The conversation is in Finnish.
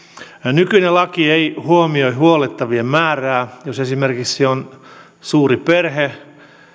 nykyinen laki ei huomioi huollettavien määrää jos esimerkiksi on suuri perhe